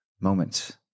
moments